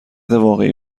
واقعی